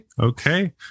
okay